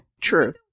true